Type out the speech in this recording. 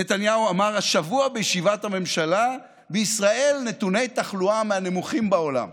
נתניהו אמר השבוע בישיבת הממשלה: בישראל נתוני תחלואה מהנמוכים בעולם.